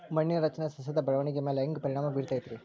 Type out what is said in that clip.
ಮಣ್ಣಿನ ರಚನೆ ಸಸ್ಯದ ಬೆಳವಣಿಗೆ ಮ್ಯಾಲೆ ಹ್ಯಾಂಗ್ ಪರಿಣಾಮ ಬೇರತೈತ್ರಿ?